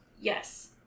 Yes